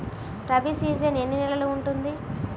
Rabi season ఎన్ని నెలలు ఉంటుంది?